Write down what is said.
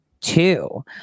two